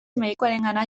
medikuarengana